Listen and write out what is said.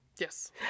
Yes